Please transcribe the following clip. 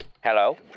Hello